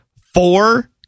four